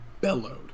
bellowed